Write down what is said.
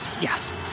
Yes